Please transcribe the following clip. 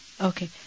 Okay